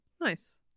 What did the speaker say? Nice